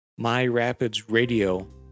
MyRapidsRadio